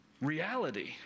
reality